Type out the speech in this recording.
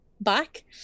back